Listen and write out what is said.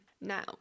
Now